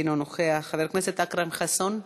אינו נוכח, חבר הכנסת אכרם חסון.